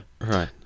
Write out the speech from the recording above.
Right